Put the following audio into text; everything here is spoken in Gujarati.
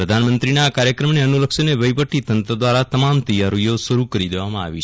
પ્રધાનમંત્રીના કાર્યક્રમને અનુલક્ષીને વહીવટીતંત્ર દ્વારા તમામ તેયારીઓ શરૂ કરી દેવામાં આવી છે